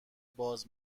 باز